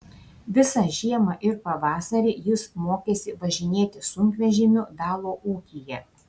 visą žiemą ir pavasarį jis mokėsi važinėti sunkvežimiu dalo ūkyje